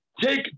Take